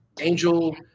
Angel